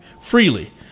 freely